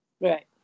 right